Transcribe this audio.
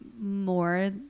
more